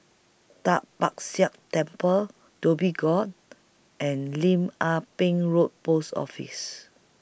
Tai Kak Seah Temple Dhoby Ghaut and Lim Ah Pin Road Post Office